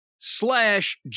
slash